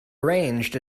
arranged